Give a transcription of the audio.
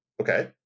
Okay